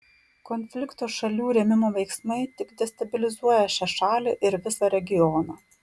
konflikto šalių rėmimo veiksmai tik destabilizuoja šią šalį ir visą regioną